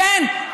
כן,